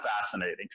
fascinating